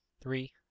Three